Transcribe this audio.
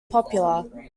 popular